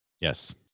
Yes